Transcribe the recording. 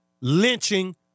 lynching